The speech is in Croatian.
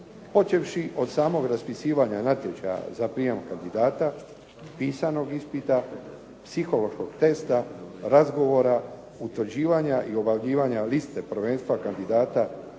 počevši od samog raspisivanja natječaja za prijem kandidata, pisanog ispita, psihološkog testa, razgovora, utvrđivanja i objavljivanja liste prvenstva kandidata